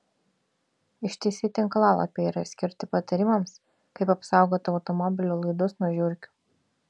ištisi tinklalapiai yra skirti patarimams kaip apsaugoti automobilių laidus nuo žiurkių